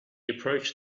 approached